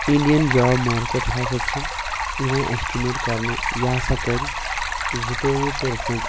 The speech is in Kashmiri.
اِنڈِیَن جاب مارکؠٹ ہَسا چھِ یِوان اؠسٹِمیٹ کَرنہٕ یہِ ہسا کَرِ زٕتووُہ پٔرسنٛٹ